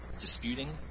disputing